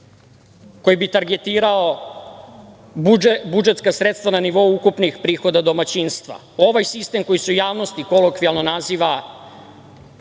koji bi targetirao budžetska sredstva na nivou ukupnih prihoda domaćinstva. Ovaj sistem koji se u javnosti kolokvijalno naziva